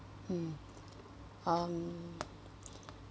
mm um